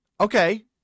Okay